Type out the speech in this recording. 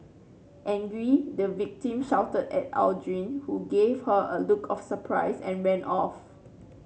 angry the victim shouted at Aldrin who gave her a look of surprise and ran off